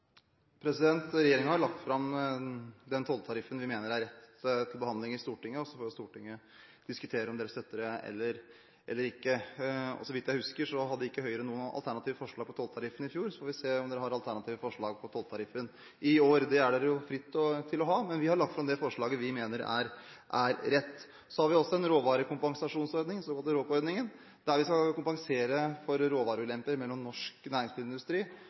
har lagt fram til behandling i Stortinget den tolltariffen vi mener er rett, så får Stortinget diskutere om dere støtter det eller ikke. Så vidt jeg husker hadde ikke Høyre noe alternativt forslag på tolltariffen i fjor, så får vi se om dere har alternative forslag på tolltariffen i år. Det står dere fritt å ha, men vi har lagt fram det forslaget vi mener er rett. Vi har også en råvarekompensasjonsordning, den såkalte RÅK-ordningen, der vi skal kompensere for råvareulemper som norsk næringsmiddelindustri